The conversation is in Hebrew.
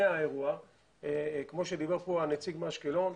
האירוע וכמו שאמר כאן נציג עיריית אשקלון,